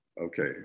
okay